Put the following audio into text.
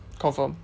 confirm